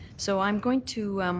so i'm going to